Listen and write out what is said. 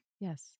Yes